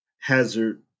hazard